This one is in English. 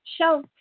show